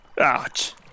Ouch